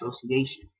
association